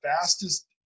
fastest